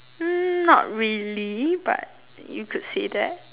hmm not really but you could say that